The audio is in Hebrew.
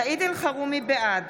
בעד